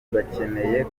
bakeneye